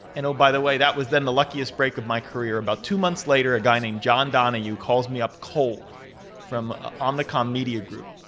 and oh! by the way, that was then the luckiest break of my career. about two months later, a guy named john donahue calls me up cold from omnicom media group.